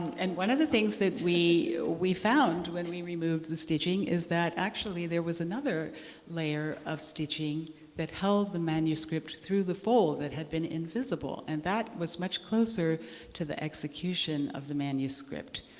and one of the things that we we found when we removed the stitching is that actually there was another layer of stitching that held the manuscript through the fold that had been invisible. and that was much closer to the execution of the manuscript.